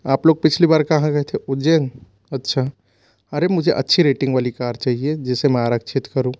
आप लोग पिछली बार कहाँ गए थे उज्जैन अच्छा अरे मुझे अच्छी रेटिंग वाली कार चाहिए जिसे मैं आरक्षित करूँ